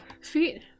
Feet